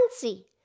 fancy